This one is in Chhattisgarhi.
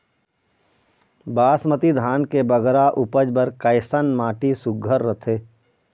बासमती धान के बगरा उपज बर कैसन माटी सुघ्घर रथे?